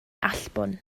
allbwn